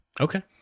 Okay